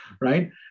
right